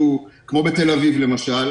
כמו בתל אביב למשל,